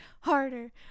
harder